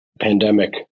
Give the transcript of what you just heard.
pandemic